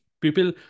people